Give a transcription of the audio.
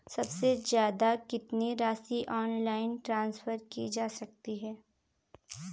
सबसे ज़्यादा कितनी राशि ऑनलाइन ट्रांसफर की जा सकती है?